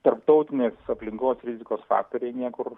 tarptautiniai aplinkos rizikos faktoriai niekur